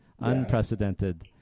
Unprecedented